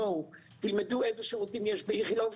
בואו תלמדו איזה שירותים יש באיכילוב,